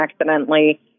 accidentally